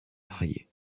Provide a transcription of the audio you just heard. varier